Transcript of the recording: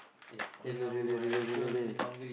really really really really